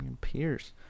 Pierce